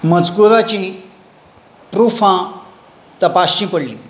मजकुराचीं प्रुफां तपासचीं पडलीं